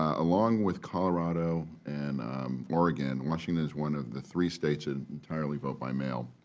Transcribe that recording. ah along with colorado and oregon, washington is one of the three states and entirely vote by mail.